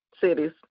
cities